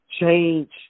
change